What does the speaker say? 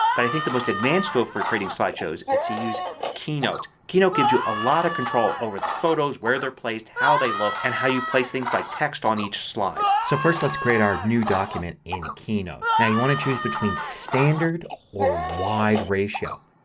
but i think the most advanced tool for creating slideshows is to use keynote. keynote gives you a lot of control over the photos. where they are place, how they look, and how you place things like text on each slide. so first let's create our new document in keynote. now you want to choose between standard or wide ratio.